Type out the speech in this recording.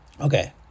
Okay